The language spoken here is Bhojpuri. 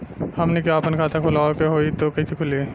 हमनी के आापन खाता खोलवावे के होइ त कइसे खुली